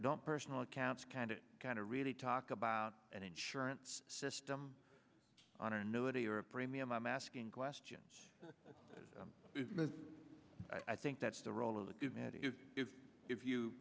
don't personal accounts kind of kind of really talk about an insurance system on our military or a premium i'm asking questions i think that's the role of if you